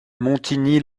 montigny